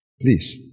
Please